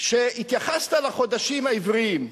שהתייחסת לחודשים העבריים,